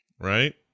Right